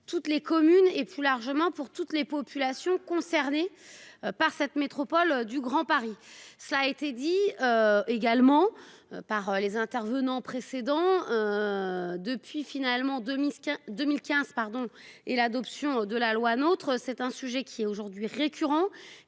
Toutes les communes et plus largement pour toutes les populations concernées par cette métropole du Grand Paris, cela a été dit. Également par les intervenants précédents. Depuis, finalement de Minsk 2015 pardon et l'adoption de la loi notre c'est un sujet qui est aujourd'hui récurrent